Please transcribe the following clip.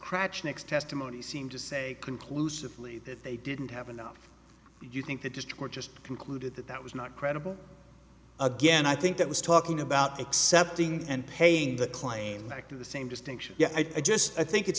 krach next testimony seemed to say conclusively that they didn't have enough you think they just were just concluded that that was not credible again i think that was talking about accepting and paying the claim back to the same distinction i just i think it's